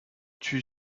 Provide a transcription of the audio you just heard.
tue